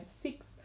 six